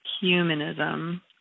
humanism